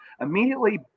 immediately